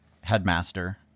headmaster